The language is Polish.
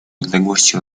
odległości